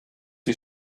die